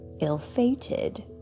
ill-fated